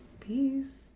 peace